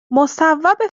مصوب